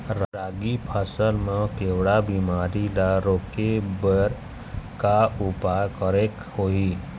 रागी फसल मा केवड़ा बीमारी ला रोके बर का उपाय करेक होही?